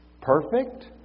perfect